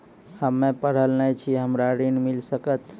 हम्मे पढ़ल न छी हमरा ऋण मिल सकत?